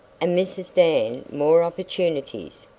and mrs. dan more opportunities,